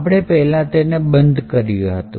આપણે પહેલા તેને બંધ કર્યા હતા